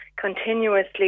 continuously